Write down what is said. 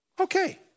Okay